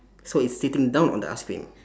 so it's sitting down on the ice cream